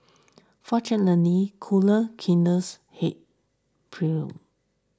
fortunately cooler kinder heads prevailed